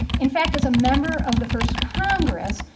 in fact, as a member of the first congress,